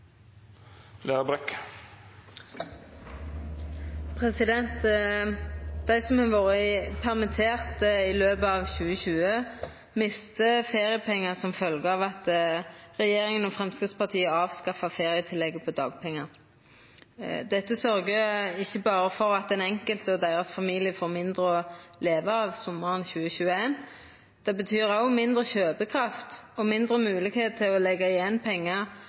Norge. Dei som har vore permitterte i løpet av 2020, mister feriepengar som følgje av at regjeringa og Framstegspartiet avskaffa ferietillegget til dagpengar. Dette sørgjer ikkje berre for at den enkelte og familiane deira får mindre å leva av sommaren 2021, men det betyr òg mindre kjøpekraft og mindre moglegheiter til å leggja igjen pengar